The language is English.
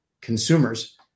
consumers